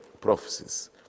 prophecies